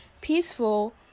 peaceful